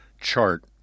chart